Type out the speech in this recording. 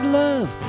love